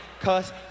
Cause